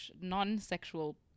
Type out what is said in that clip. non-sexual